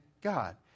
God